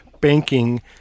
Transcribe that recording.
banking